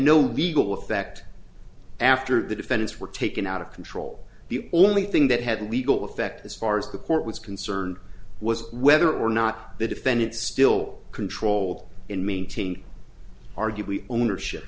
no legal effect after the defendants were taken out of control the only thing that had legal effect as far as the court was concerned was whether or not the defendant still controlled and maintain arguably ownership